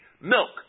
milk